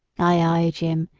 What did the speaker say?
ay, ay, jim,